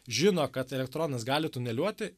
žino kad elektronas gali tuneliuoti